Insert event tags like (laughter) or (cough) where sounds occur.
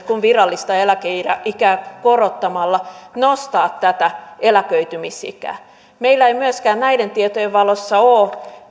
(unintelligible) kuin virallista eläkeikää korottamalla nostaa tätä eläköitymisikää meillä ei myöskään näiden tietojen valossa ole